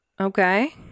Okay